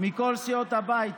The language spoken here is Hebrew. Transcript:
מכל סיעות הבית,